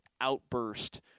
outburst